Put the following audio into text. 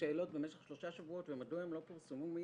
לשאלות במשך שלושה שבועות ומדוע הן לא פורסמו מיד,